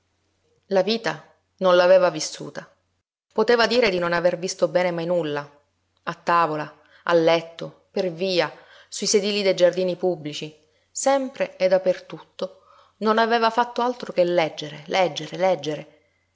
la vita non l'aveva vissuta poteva dire di non aver visto bene mai nulla a tavola a letto per via sui sedili dei giardini pubblici sempre e da per tutto non aveva fatto altro che leggere leggere leggere